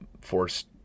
forced